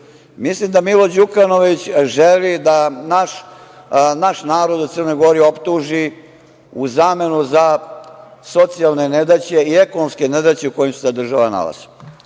Mislim da Milo Đukanović želi da naš narod u Crnoj Gori optuži u zamenu za socijalne nedaće i ekonomske nedaće u kojim se ta država nalazi.